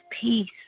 peace